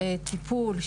טיפול,